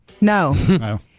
No